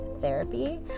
therapy